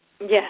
Yes